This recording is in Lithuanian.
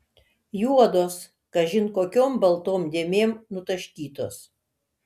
juodos kažin kokiom baltom dėmėm nutaškytos